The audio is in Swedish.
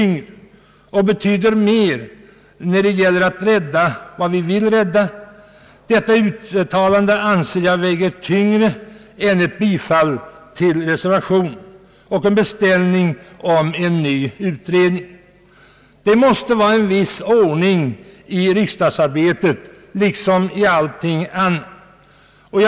När det gäller att rädda vad vi vill rädda anser jag att detta uttalande väger tyngre än ett bifall till reservationen och en beställning av en ny utredning skulle göra. Det måste vara en viss ordning i riksdagsarbetet liksom på alla andra områden.